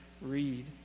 read